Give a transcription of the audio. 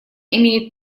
имеет